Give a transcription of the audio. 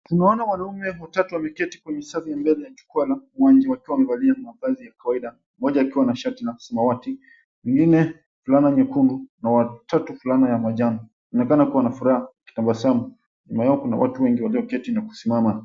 Tunaona wanaume watatu wameketi kwenye safu ya mbele ya jukwaa la uwanja wakiwa wamevalia mavazi ya kawaida. Mmoja akiwa na shati la samawati, mwengine fulana nyekundu na wa tatu fulani ya manjano wanaonekana kua na furaha wakitabasamu nyuma yao kuna watu wengi walioketi na kusimama.